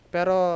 Pero